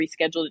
rescheduled